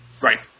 Right